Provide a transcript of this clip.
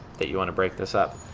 that you want to break this up.